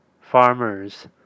farmers